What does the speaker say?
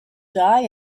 die